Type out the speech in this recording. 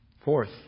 Fourth